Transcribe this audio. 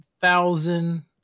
thousand